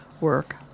work